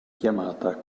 chiamata